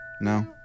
No